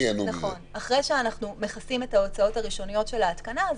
אחרי שאנחנו מכסים את ההוצאות הראשוניות של ההתקנה אז